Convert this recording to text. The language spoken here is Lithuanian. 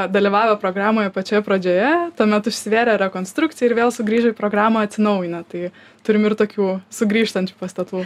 dalyvavę programoje pačioje pradžioje tuo metu užsivėrė rekonstrukcijai ir vėl sugrįžo į programą atsinaujinę tai turim ir tokių sugrįžtančių pastatų